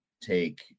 take